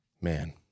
Man